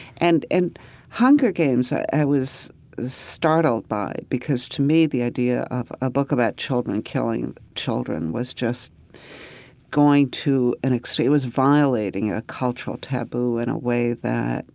and and hunger games i was startled by, because to me, the idea of a book about children killing children was just going to an extreme. it was violating a cultural taboo in a way that